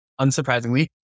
unsurprisingly